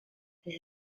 this